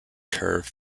curve